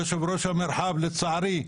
יושב-ראש המרחב, לצערי,